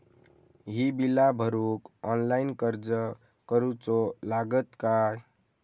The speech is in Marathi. ही बीला भरूक ऑनलाइन अर्ज करूचो लागत काय?